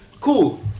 Cool